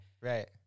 Right